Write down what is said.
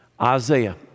Isaiah